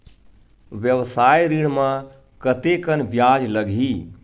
व्यवसाय ऋण म कतेकन ब्याज लगही?